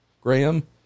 Graham